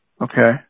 Okay